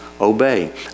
obey